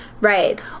Right